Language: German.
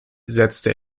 setzte